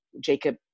Jacob